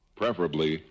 preferably